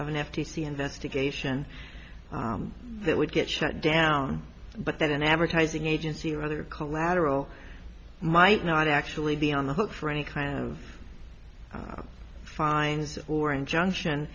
of an f t c investigation that would get shut down but that an advertising agency or other collateral might not actually be on the hook for any kind of fines or injunction